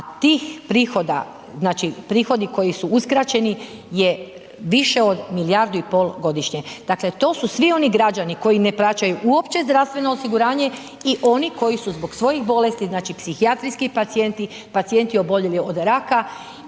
a tih prihoda, znači prihodi koji su uskraćeni je više od milijardu i pol godišnje. Dakle, to su svi oni građani koji ne plaćaju uopće zdravstveno osiguranje i oni koji su zbog svojih bolesti, znači psihijatrijski pacijenti, pacijenti oboljeli od raka